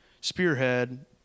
spearhead